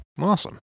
Awesome